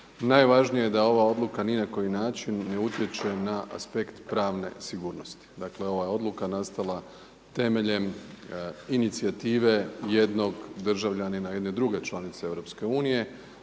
Najvažnije je da ova odluka ni na koji način ne utječe na aspekt pravne sigurnosti, dakle ova je odluka nastala temeljem inicijative jednog državljanina jedne druge članice EU